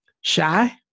Shy